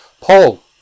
Paul